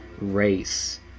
race